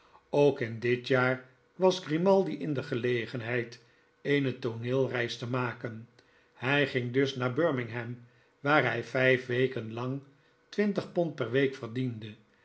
ook in dit jaar was grimaldi in de gelegenheid eene tooneelreis te maken hij ging dus naar birmingham waar hij vijf weken jang twintig pond per week verdiende